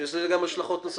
יש לזה גם השלכות נוספות.